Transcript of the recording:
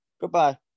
Goodbye